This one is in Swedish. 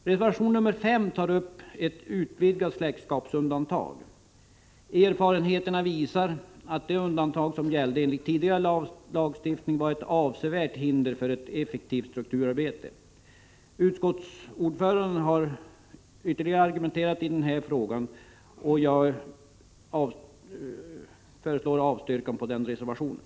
I reservation 5 tas frågan om ett utvidgat släktskapsundantag upp till behandling. Erfarenheterna visar att de undantag som gällde enligt tidigare lagstiftning utgjorde ett avsevärt hinder för ett effektivt strukturarbete. Utskottsordföranden har ytterligare argumenterat i den här frågan, och jag yrkar avslag på reservationen.